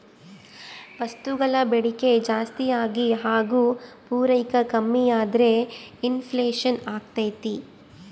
ವಸ್ತುಗಳ ಬೇಡಿಕೆ ಜಾಸ್ತಿಯಾಗಿ ಹಾಗು ಪೂರೈಕೆ ಕಮ್ಮಿಯಾದ್ರೆ ಇನ್ ಫ್ಲೇಷನ್ ಅಗ್ತೈತೆ